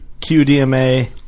QDMA